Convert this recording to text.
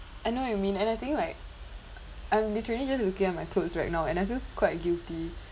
I know what you mean and I think like I'm literally just looking at my clothes right now and I feel quite guilty